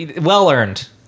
well-earned